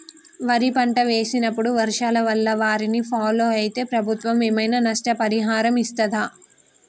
వరి పంట వేసినప్పుడు వర్షాల వల్ల వారిని ఫాలో అయితే ప్రభుత్వం ఏమైనా నష్టపరిహారం ఇస్తదా?